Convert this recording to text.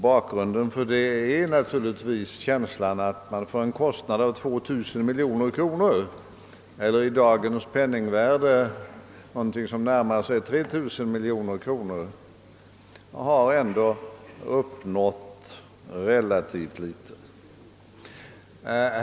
Bakgrunden är naturligtvis känslan av att man för en kostnad av 2000 miljoner kronor — eller i dagens penningvärde närmare 3 000 miljoner — ändå uppnått relativt litet.